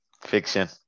Fiction